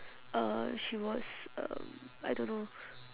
uh she was um I don't know